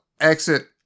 exit